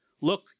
look